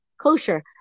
kosher